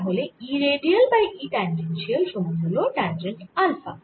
তাহলে E radial by E tangential সমান হল ট্যাঞ্জেন্ট আলফা